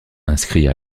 inscrits